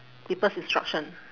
people's instruction